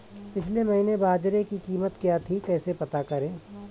पिछले महीने बाजरे की कीमत क्या थी कैसे पता करें?